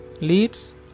leads